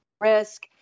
risk